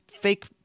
fake